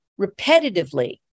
repetitively